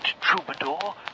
troubadour